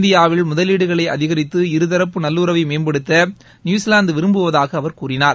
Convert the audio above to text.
இந்தியாவில் முதலீடுகளை அதிகரித்து இருதரப்பு நல்லுறவை மேம்படுத்த நியூசிவாந்து விரும்புவதாக அவர் கூறினார்